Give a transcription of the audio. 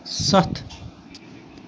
سَتھ